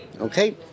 Okay